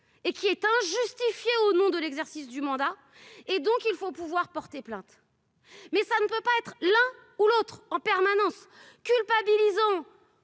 et qui est justifié au nom de l'exercice du mandat et donc il faut pouvoir porter plainte, mais ça ne peut pas être l'un ou l'autre en permanence culpabilisant